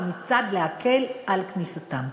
ומצד שני להקל את כניסתם.